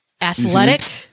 athletic